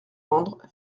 vendre